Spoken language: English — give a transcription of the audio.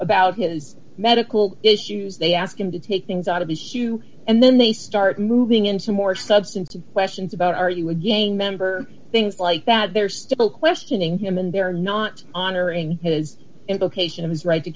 about his medical issues they ask him to take things out of his shoe and then they start moving into more substantive questions about are you again member things like that they're still questioning him and they're not honoring his implication of his right to